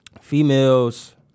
females